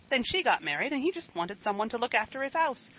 then she got married and he just wanted some one to look after his house.